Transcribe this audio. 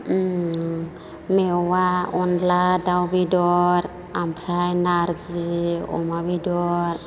मेवा अनला दाउ बेदर ओमफ्राय नार्जि अमा बेदर